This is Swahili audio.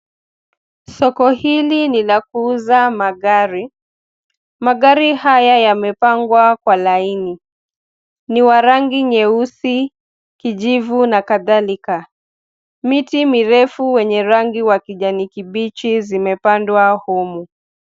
Soko hili ni la kuuza magari. Magari haya yamepangwa kwa laini. Ni wa rangi nyeusi, kijivu na kadhalika. Miti mirefu wenye rangi wa kijani kibichi zimepandwa humo.